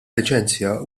liċenzja